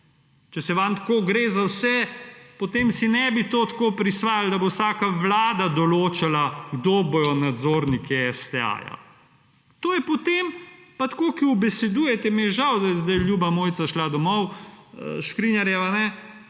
Če se vam tako gre za vse, potem si ne bi to tako prisvajali, da bo vsaka vlada določala, kdo bodo nadzorniki STA-ja. To je potem, pa tako ko ubesedujete mi je žal, da je zdaj ljuba Mojca šla domov, Škrinjarjeva,